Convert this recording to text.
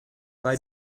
bei